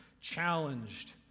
challenged